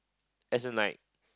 as in like